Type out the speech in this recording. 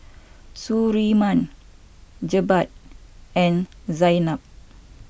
Surinam Jebat and Zaynab